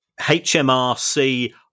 HMRC